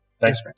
Thanks